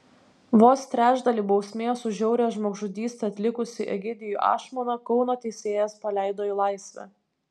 vos trečdalį bausmės už žiaurią žmogžudystę atlikusį egidijų ašmoną kauno teisėjas paleido į laisvę